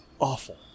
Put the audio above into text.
Awful